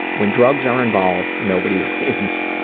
when drugs are involved, nobody wins.